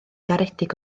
garedig